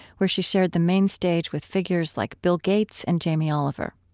where she shared the main stage with figures like bill gates and jamie oliver.